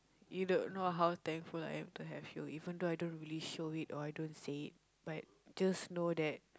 you don't know how thankful I am to have you even though I really don't show it or I don't say but just know that